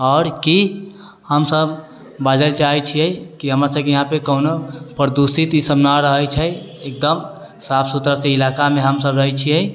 आओर कि हम सभ बाजय चाहे छियै कि हमरा सभके यहाँपे कोनो प्रदूषित इसभ न रहै छै एकदम साफ सुथरासँ इलाकामे हम सभ रहै छियै